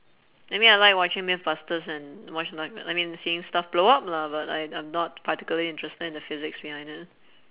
I mean I like watching mythbusters and watch like I mean seeing stuff blow up lah but I I'm not particularly interested in the physics behind it